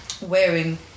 wearing